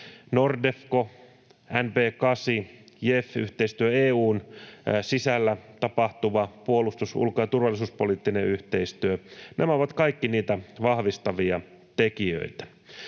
Nordefco, NB8, JEF-yhteistyö, EU:n sisällä tapahtuva puolustus, ulko- ja turvallisuuspoliittinen yhteistyö, nämä ovat kaikki niitä vahvistavia tekijöitä.